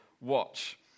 watch